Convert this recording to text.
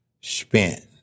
spent